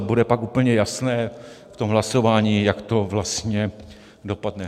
Bude pak úplně jasné v tom hlasování, jak to vlastně dopadne.